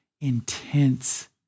intense